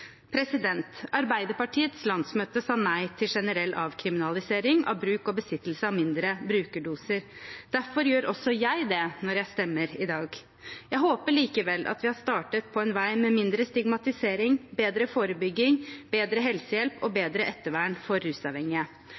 Arbeiderpartiets landsmøte sa nei til en generell avkriminalisering av bruk og besittelse av mindre brukerdoser. Derfor gjør også jeg det når jeg stemmer i dag. Jeg håper likevel at vi har startet på en vei med mindre stigmatisering, bedre forebygging, bedre helsehjelp og bedre ettervern for rusavhengige.